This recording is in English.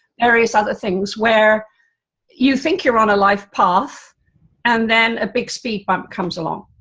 various other things, where you think you're on a life path and then a big speed bump comes along,